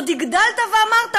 עוד הגדלת ואמרת,